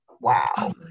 Wow